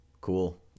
Cool